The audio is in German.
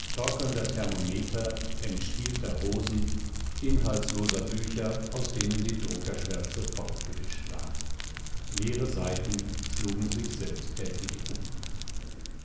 torkelnder thermometer entstielter rosen inhaltsloser bücher aus denen die druckerschwärze fortgewischt war leere seiten schlugen sich selbsttätig um